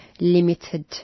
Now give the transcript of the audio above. limited